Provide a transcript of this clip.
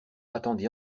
attendit